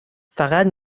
فقط